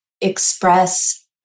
express